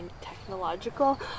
technological